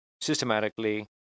systematically